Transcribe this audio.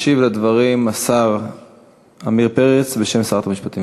ישיב לדברים השר עמיר פרץ בשם שרת המשפטים.